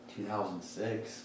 2006